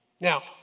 Now